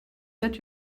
that